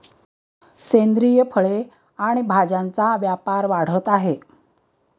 सेंद्रिय फळे आणि भाज्यांचा व्यापार वाढत आहे